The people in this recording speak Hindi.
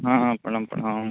हाँ हाँ प्रणाम प्रणाम